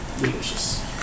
Delicious